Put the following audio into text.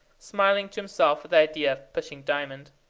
smiling to himself at the idea of pushing diamond.